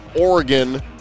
Oregon